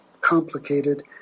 complicated